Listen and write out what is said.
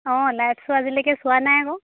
অঁ live show আজিলৈকে চোৱা নাই আকৌ